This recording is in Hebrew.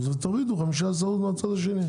התשפ"ב-2022.